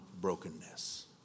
brokenness